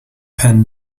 pan